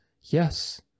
yes